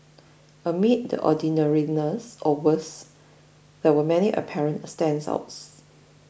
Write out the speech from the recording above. amid the ordinariness or worse there were many apparent standouts